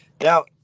Now